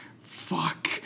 fuck